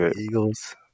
Eagles